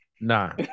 Nah